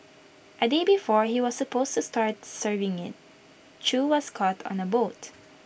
A day before he was supposed to start serving IT chew was caught on A boat